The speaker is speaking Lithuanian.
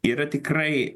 yra tikrai